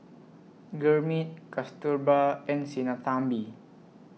Gurmeet Kasturba and Sinnathamby